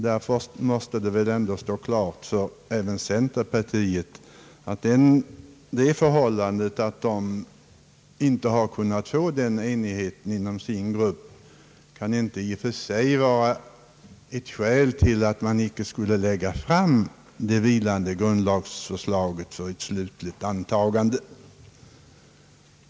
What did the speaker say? Därför måste det väl ändå stå klart även för centerpartiet att det förhållandet att inom denna grupp enighet inte kunnat nås inte kan vara ett skäl till att man inte skulle lägga fram det vilande grundlagsförslaget för ett slutligt antagande.